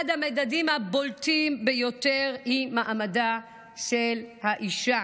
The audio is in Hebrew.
אחד המדדים הבולטים ביותר הוא מעמדה של האישה.